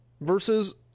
versus